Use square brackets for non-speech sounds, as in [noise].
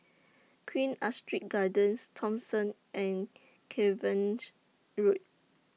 Queen Astrid Gardens Thomson and [unintelligible] Road